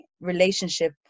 relationship